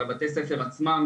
ובתי הספר עצמם.